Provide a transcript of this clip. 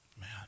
Man